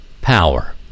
power